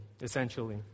essentially